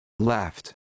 Left